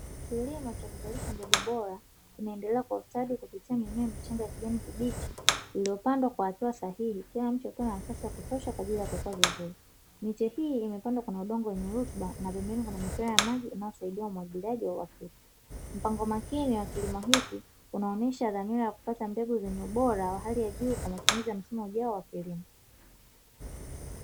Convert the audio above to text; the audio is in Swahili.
Kilimo cha kuzalisha mbegu bora kinaendelea kwa ustadi kupitia mimea michanga ya kijani kibichi, iliyopandwa kwa hatua sahihi, Kila mche hupewa nafasi ya kutosha kwaajili ya kukua vizuri. Miche hii imepandwa kwenye udongo wenye rutuba na pembeni kuna mipira ya maji ambayo husaidia umwagiliaji wa uhakika. Mpango makini wa kilimo hiki unaonesha dhamira ya kupata mbegu zenye ubora wa hali ya juu kwa matumizi ya msimu ujao wa kilimo.